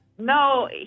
No